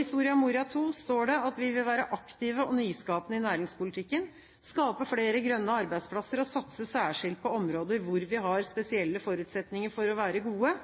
I Soria Moria II står det at vi vil være aktive og nyskapende i næringspolitikken, skape flere grønne arbeidsplasser og satse særskilt på områder hvor vi har spesielle forutsetninger for å være gode.